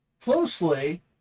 closely